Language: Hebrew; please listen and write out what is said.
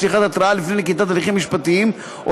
את דעתה על כך שהודעת חוב עשויה להיות מאיימת ולהוביל